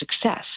success